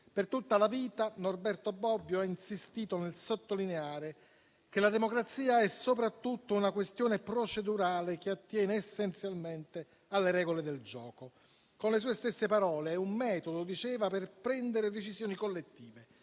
Per tutta la vita Norberto Bobbio ha insistito nel sottolineare che la democrazia è soprattutto una questione procedurale che attiene essenzialmente alle regole del gioco. Con le sue stesse parole, è «un metodo per prendere decisioni collettive»: